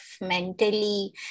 mentally